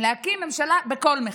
להקים ממשלה בכל מחיר.